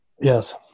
Yes